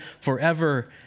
forever